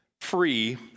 free